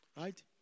Right